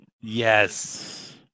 Yes